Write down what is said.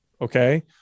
Okay